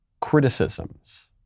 criticisms